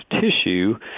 tissue